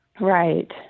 Right